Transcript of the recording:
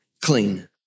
clean